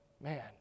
Man